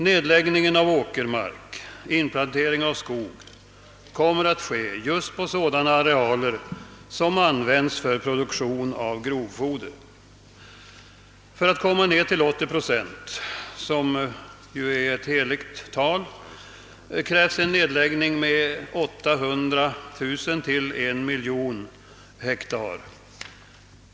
Nedläggningen av åkermark, d.v.s. inplantering av skog, kommer att ske på sådana arealer som användes för produktion av grovfoder. För att komma ned till 80 procent — som ju är ett heligt tal — krävs en nedläggning på 800 000 till 1000 000 hek tar.